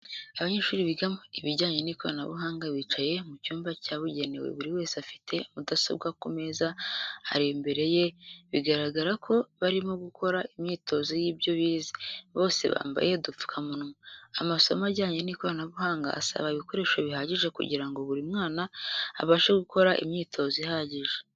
Abanyeshuri biga ibijyanye n'ikoranabuhanga bicaye mu cyumba cyabugenewe buri wese afite mudasobwa ku meza ari imbere ye bigaragara ko barimo gukora imyitozo y'ibyo bize, bose bambaye udupfukamunwa. Amasomo ajyanye n'ikoranabuhanga asaba ibikoreso bihagije kugirango buri mwana abashe gukora imyitozo ihagije.